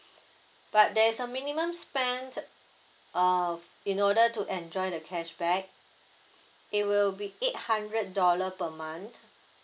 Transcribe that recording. but there's a minimum spend uh in order to enjoy the cashback it will be eight hundred dollar per month